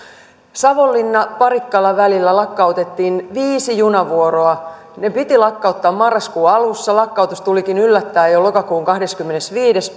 savonlinna parikkala välillä lakkautettiin viisi junavuoroa ne piti lakkauttaa marraskuun alussa lakkautus tulikin yllättäen jo lokakuun kahdeskymmenesviides